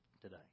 today